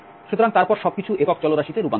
সুতরাং তারপর সবকিছু একক চলরাশিতে রূপান্তরিত হবে